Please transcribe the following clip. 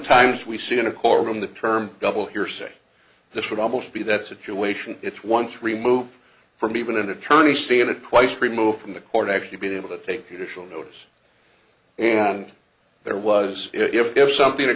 oftentimes we see in a courtroom the term double hearsay this would almost be that situation it's once removed from even an attorney seeing it twice removed from the court actually being able to take you to show notice and there was if something